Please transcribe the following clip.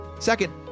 Second